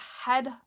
head